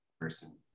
person